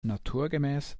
naturgemäß